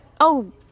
Oh